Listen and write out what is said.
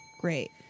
Great